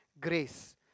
grace